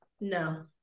No